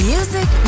Music